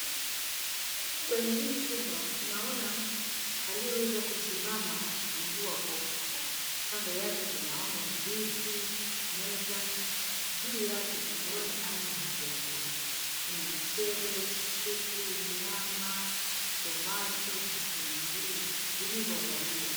Kwenye hii chuma tunaona mtu aliyeweza kusimama akifungua boksi. Kando yake tunaona viti, meza. Juu yake tunaona aina ya vyakula, kuna; mchele, supu, nyama, tomato , vitunguu vilivyoandaliwa.